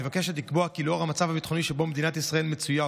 מבקשת לקבוע כי לאור המצב הביטחוני שבו מדינת ישראל מצויה,